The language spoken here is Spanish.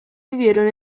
vivieron